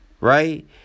Right